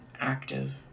active